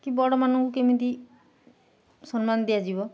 କି ବଡ଼ମାନଙ୍କୁ କେମିତି ସମ୍ମାନ ଦିଆଯିବ